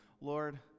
Lord